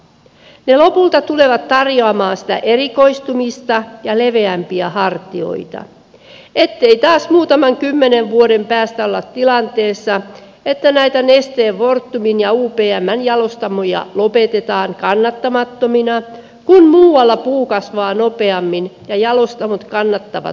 ne tulevat lopulta tarjoamaan sitä erikoistumista ja leveämpiä hartioita ettei taas muutaman kymmenen vuoden päästä olla tilanteessa että näitä nesteen fortumin ja upmn jalostamoja lopetetaan kannattamattomina kun muualla puu kasvaa nopeammin ja jalostamot kannattavat paremmin